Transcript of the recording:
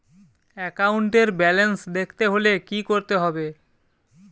একাউন্টের ব্যালান্স দেখতে হলে কি করতে হবে?